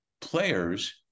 players